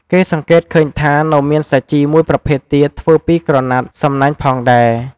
គេក៏សង្កេតឃើញថា នៅមានសាជីមួយប្រភេទទៀតធ្វើពីក្រណាត់សំណាញ់ផងដែរ។